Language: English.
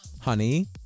honey